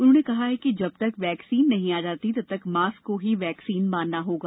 उन्होंने कहा कि जब तक वैक्सीन नहीं आ जाती तब तक मास्क को ही वैक्सीन मानना होगा